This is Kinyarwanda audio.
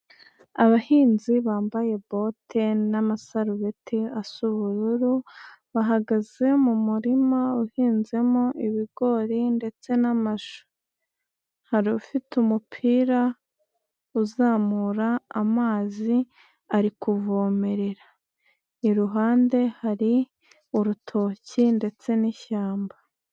Abahinzi bambaye bote n'amasarubeti asa ubururu, bahagaze mu murima uhinzemo ibigori ndetse n'amashu, hari ufite umupira uzamura amazi, ari kuvomerera, iruhande hari urutoki ndetse n'ishyamba.